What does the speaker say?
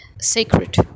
sacred